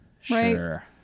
Sure